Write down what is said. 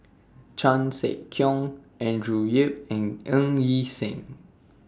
Chan Sek Keong Andrew Yip and Ng Yi Sheng